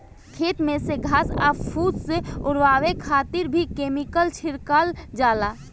खेत में से घास आ फूस ओरवावे खातिर भी केमिकल छिड़कल जाला